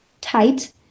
tight